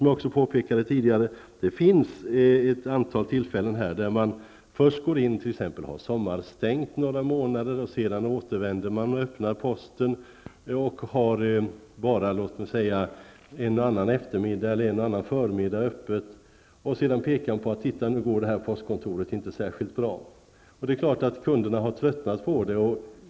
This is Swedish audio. Posten har, som jag också tidigare påpekade, vid ett antal tillfällen först haft sommarstängt några månader och sedan öppnat posten och haft öppet bara en och annan eftermiddag eller en och annan förmiddag. Därefter har man visat på att postkontoret i fråga inte gått särskilt bra. Det är klart att kunderna har tröttnat på det.